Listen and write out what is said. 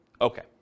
Okay